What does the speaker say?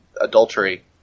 adultery